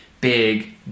big